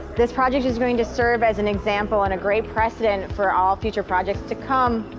this project is going to serve as an example and a great precedent for all future projects to come.